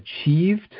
achieved